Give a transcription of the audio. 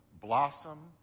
blossom